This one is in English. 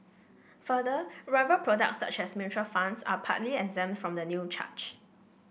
further rival products such as mutual funds are partly exempt from the new charge